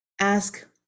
Ask